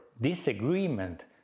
disagreement